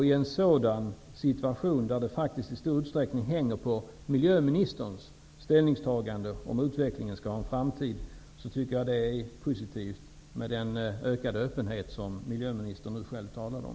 I en sådan situation, där det faktiskt i stor utsträckning hänger på miljöministerns ställningstagande om utvecklingen skall ha en framtid, tycker jag att det är positivt med den ökade öppenhet som miljömininstern nu själv talade om.